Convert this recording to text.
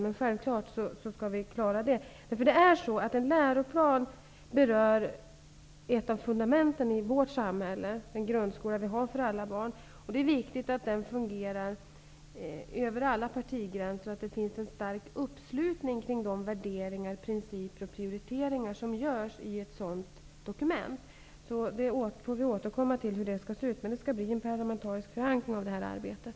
Men självfallet skall vi klara av det. En läroplan berör ju ett av fundamenten i vårt samhälle, den grundskola vi har för alla barn, och det är viktigt att den har stöd över alla partigränser och att det finns en stark uppslutning kring de värderingar, principer och prioriteringar som görs i ett sådant dokument. Vi får därför återkomma till frågan om hur den parlamentariska förankringen skall se ut, men det skall ändå ske en parlamentarisk förankring av det här arbetet.